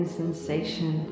sensation